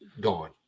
gone